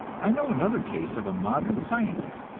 i know another case of a modern scientist,